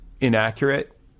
inaccurate